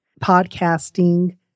podcasting